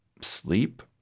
sleep